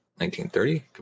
1930